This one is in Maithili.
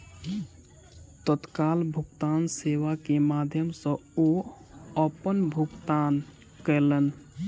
तत्काल भुगतान सेवा के माध्यम सॅ ओ अपन भुगतान कयलैन